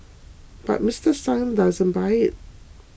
but Mister Sung doesn't buy it